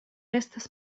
estas